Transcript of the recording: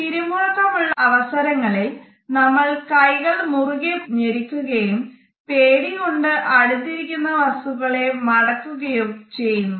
പിരിമുറുക്കം ഉള്ള അവസരങ്ങളിൽ നമ്മൾ കൈകൾ മുറുകെ ഞെരുക്കുകയും പേടി കൊണ്ട് അടുത്തിരിക്കുന്ന വസ്തുക്കളെ മടക്കുകയോ ചെയ്യുന്നു